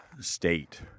state